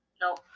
No